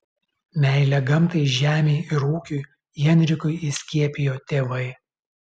meilę gamtai žemei ir ūkiui henrikui įskiepijo tėvai